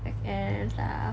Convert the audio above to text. and and err